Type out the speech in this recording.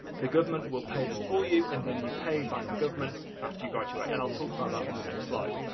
the government will pay them for you and then you pay back the government after you graduate, and i'll talk about that on the next slide.